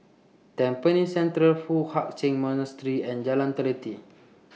Tampines Central Foo Hai Ch'An Monastery and Jalan Teliti